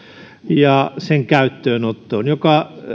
ja käyttöönottoon joka